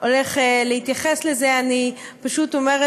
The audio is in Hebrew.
זאת אומרת